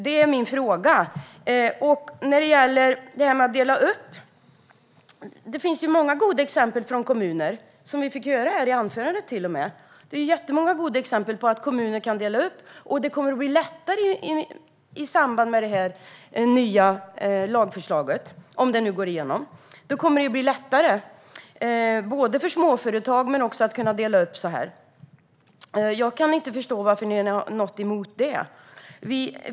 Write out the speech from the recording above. Det är min fråga. När det gäller det här med att dela upp finns det många goda exempel från kommuner, som vi även fick höra här i anförandet. Det finns jättemånga goda exempel på att kommuner kan dela upp, och det kommer att bli lättare i samband med det nya lagförslaget om det nu går igenom. Det kommer att bli lättare både för småföretagen och för att man ska kunna dela upp på det här viset. Jag kan inte förstå varför ni har något emot det.